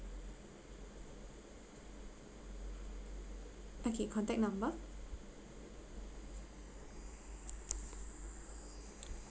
okay contact number